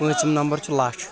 پۭنٛژم number چھُ لچھ